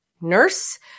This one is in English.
nurse